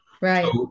Right